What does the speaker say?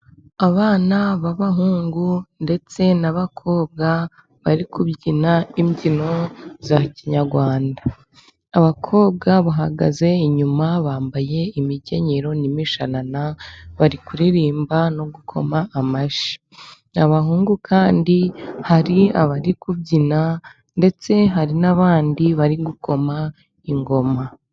Abana b'abahungu ndetse n'abakobwa， bari kubyina imbyino za kinyarwanda，abakobwa bahagaze inyuma bambaye imikenyero n'imishanana， bari kuririmba no gukoma amashyi. Abahungu kandi hari abari kubyina， ndetse hari n'abandi bari gukoma ingoma.